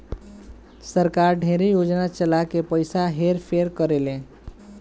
सरकार ढेरे योजना चला के पइसा हेर फेर करेले